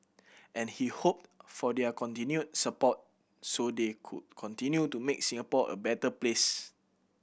and he hoped for their continued support so they could continue to make Singapore a better place